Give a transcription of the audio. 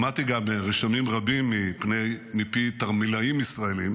שמעתי גם רשמים רבים מפי תרמילאים ישראלים,